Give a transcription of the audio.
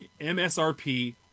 MSRP